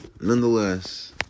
Nonetheless